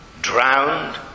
Drowned